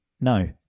no